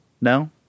No